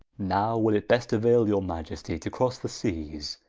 now will it best auaile your maiestie, to crosse the seas,